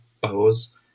bows